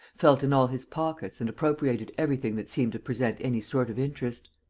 felt in all his pockets and appropriated everything that seemed to present any sort of interest.